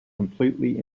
completely